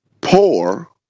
poor